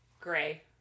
gray